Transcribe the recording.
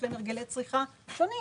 יש להם הרגלי צריכה שונים.